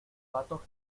pato